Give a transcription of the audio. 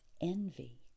envy